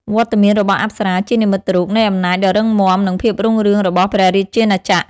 វត្តមានរបស់អប្សរាជានិមិត្តរូបនៃអំណាចដ៏រឹងមាំ និងភាពរុងរឿងរបស់ព្រះរាជាណាចក្រ។